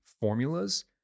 formulas